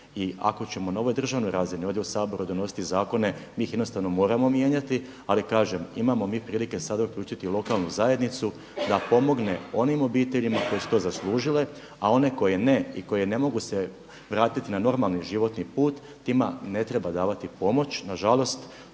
I ako ćemo na ovoj državnoj razini ovdje u Saboru donositi zakone, mi ih jednostavno moramo mijenjati. Ali kažem imamo mi prilike sada uključiti lokalnu zajednicu da pomogne onim obiteljima koje su to zaslužile, a one koje ne i koje ne mogu se vratiti na normalni životni put tima ne treba davati pomoć. Na žalost